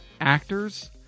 actors